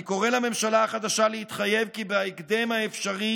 אני קורא לממשלה החדשה להתחייב כי בהקדם האפשרי